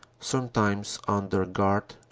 sometimes under guard,